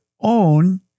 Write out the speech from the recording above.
own